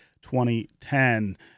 2010